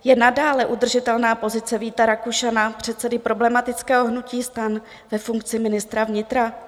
Je nadále udržitelná pozice Víta Rakušana, předsedy problematického hnutí STAN, ve funkci ministra vnitra?